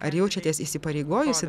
ar jaučiatės įsipareigojusi